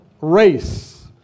race